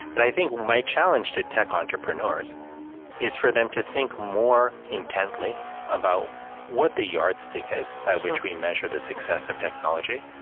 but i think my challenge to tech entrepreneurs is for them to think more intently about what the yardstick is by which we measure the success of technology.